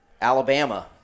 Alabama